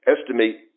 estimate